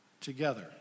together